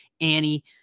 Annie